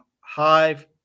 hive